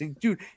Dude